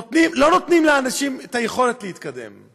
לא נותנים לאנשים את היכולת להתקדם.